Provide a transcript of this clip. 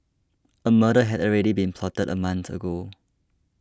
a murder had already been plotted a month ago